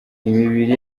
imibiri